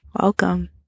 welcome